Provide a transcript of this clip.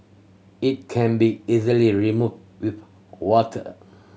it can be easily removed with water